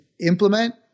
implement